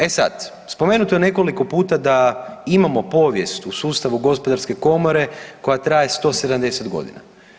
E sad, spomenuto je nekoliko puta da imamo povijest u sustavu Gospodarske komore koja traje 170 godina.